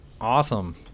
Awesome